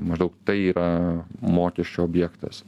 maždaug tai yra mokesčio objektas